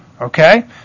Okay